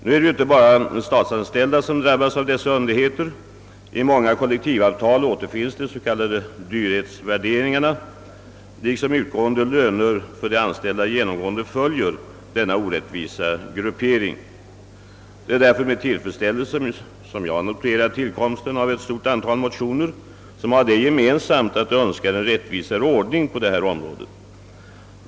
Nu drabbas inte bara statsanställda av dessa underligheter. I många kollektivavtal återfinns de s.k. dyrhetsvärderingarna. De utgående lönerna för de anställda följer genomgående denna orättvisa gruppering. Det är därför som lag med tillfredsställelse noterar tillkomsten av ett stort antal motioner, vilka har det gemensamt att de önskar en rättvisare ordning på detta område.